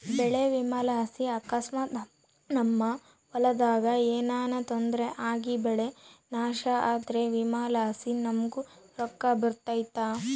ಬೆಳೆ ವಿಮೆಲಾಸಿ ಅಕಸ್ಮಾತ್ ನಮ್ ಹೊಲದಾಗ ಏನನ ತೊಂದ್ರೆ ಆಗಿಬೆಳೆ ನಾಶ ಆದ್ರ ವಿಮೆಲಾಸಿ ನಮುಗ್ ರೊಕ್ಕ ಬರ್ತತೆ